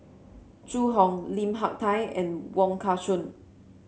Zhu Hong Lim Hak Tai and Wong Kah Chun